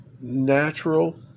Natural